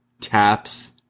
taps